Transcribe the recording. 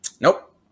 Nope